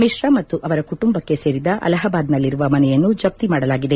ಮಿಶ್ರಾ ಮತ್ತು ಅವರ ಕುಟುಂಬಕ್ಕೆ ಸೇರಿದ ಅಲಹಾಬಾದ್ನಲ್ಲಿರುವ ಮನೆಯನ್ನು ಜಪ್ತಿ ಮಾಡಲಾಗಿದೆ